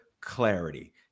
clarity